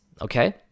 Okay